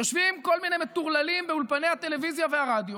יושבים כל מיני מטורללים באולפני הטלוויזיה והרדיו